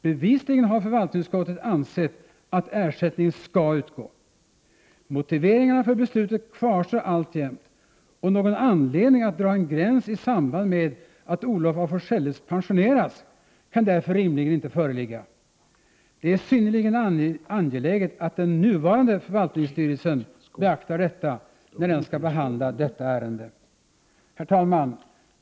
Bevisligen har förvaltningsutskottet ansett att ersättning skall utgå. Motiveringarna för beslutet kvarstår alltjämt, och någon anledning att dra en gräns i samband med att Olof af Forselles pensioneras kan därför rimligen inte föreligga. Det är synnerligen angeläget att den nuvarande förvaltningsstyrelsen beaktar detta, när den skall behandla detta ärende. Herr talman!